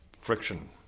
Friction